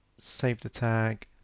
save the tag,